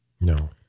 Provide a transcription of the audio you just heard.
No